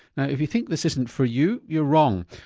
now if you think this isn't for you, you're wrong.